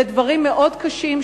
אלה דברים מאוד קשים.